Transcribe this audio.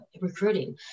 recruiting